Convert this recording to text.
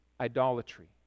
idolatry